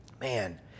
man